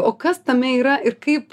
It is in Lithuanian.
o kas tame yra ir kaip